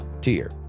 tier